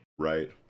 Right